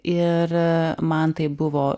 ir man tai buvo